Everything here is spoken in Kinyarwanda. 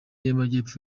y’amajyepfo